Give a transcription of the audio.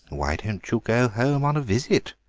why don't you go home on a visit?